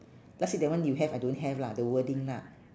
last seat that one you have I don't have lah the wording lah